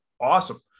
Awesome